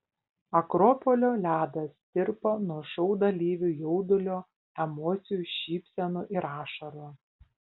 akropolio ledas tirpo nuo šou dalyvių jaudulio emocijų šypsenų ir ašarų